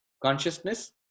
Consciousness